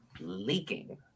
leaking